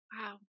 Wow